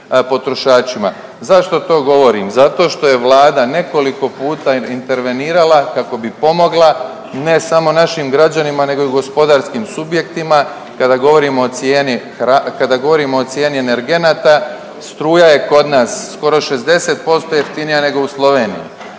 potrošačima. Zašto to govorim? Zato što je Vlada nekoliko puta intervenirala kako bi pomogla ne samo našim građanima nego i gospodarskim subjektima kada govorimo o cijeni, kada govorimo o cijeni energenata. Struja je kod nas skoro 60% jeftinija nego u Sloveniji.